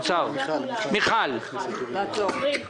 לעצור.